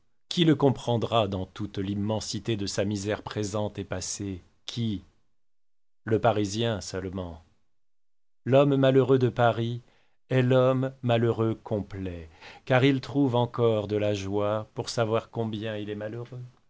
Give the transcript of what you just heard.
qui le comprendra dans toute l'immensité de sa misère présente et passée qui le parisien seulement l'homme malheureux de paris est l'homme malheureux complet car il trouve encore de la joie pour savoir combien il est malheureux